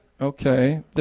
Okay